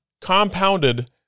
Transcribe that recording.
compounded